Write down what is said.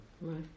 Right